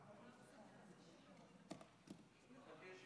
כבוד היושב-ראש,